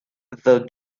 the